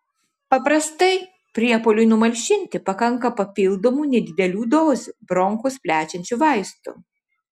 paprastai priepuoliui numalšinti pakanka papildomų nedidelių dozių bronchus plečiančių vaistų